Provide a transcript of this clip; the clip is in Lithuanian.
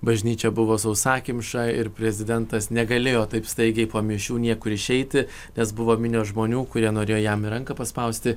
bažnyčia buvo sausakimša ir prezidentas negalėjo taip staigiai po mišių niekur išeiti nes buvo minios žmonių kurie norėjo jam ir ranką paspausti